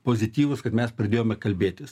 pozityvus kad mes pradėjome kalbėtis